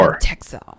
Texas